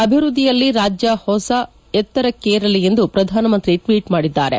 ಅಭಿವೃದ್ದಿಯಲ್ಲಿ ರಾಜ್ಯ ಹೊಸ ಎತ್ತರಕ್ಕೇರಲಿ ಎಂದು ಪ್ರಧಾನ ಮಂತ್ರಿ ಟ್ವೀಟ್ ಮಾಡಿದ್ದಾರೆ